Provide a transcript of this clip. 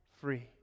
free